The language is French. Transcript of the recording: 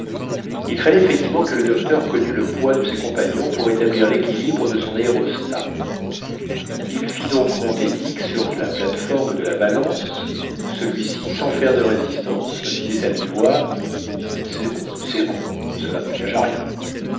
il fallait effectivement que le docteur connût le poids de ses compagnons pour établir l'équilibre de son aérostat il fit donc monter dick sur la plate-forme de la balance celui-ci sans faire de résistance disait à mi-voix c'est bon c'est bon cela n'engage à rien